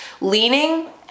leaning